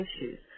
issues